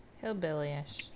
Hillbilly-ish